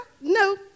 no